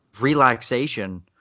relaxation